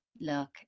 look